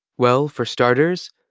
well, for starters,